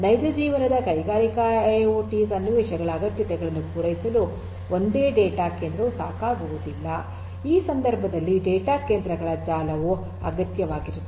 ನೈಜ ಜೀವನದ ಕೈಗಾರಿಕಾ ಐಒಟಿ ಸನ್ನಿವೇಶಗಳ ಅಗತ್ಯತೆಗಳನ್ನು ಪೂರೈಸಲು ಒಂದೇ ಡೇಟಾ ಕೇಂದ್ರವು ಸಾಕಾಗುವುದಿಲ್ಲ ಈ ಸಂದರ್ಭದಲ್ಲಿ ಡೇಟಾ ಕೇಂದ್ರಗಳ ಜಾಲವು ಅಗತ್ಯವಾಗಿರುತ್ತದೆ